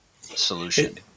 solution